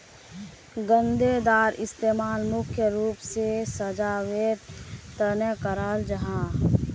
गेंदार इस्तेमाल मुख्य रूप से सजावटेर तने कराल जाहा